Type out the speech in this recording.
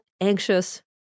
anxious